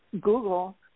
Google